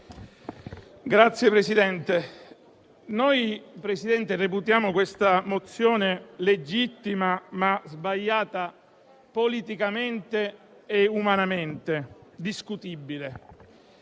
Signor Presidente, reputiamo questa mozione legittima, ma sbagliata politicamente e umanamente discutibile.